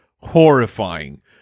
horrifying